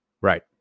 Right